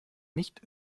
nicht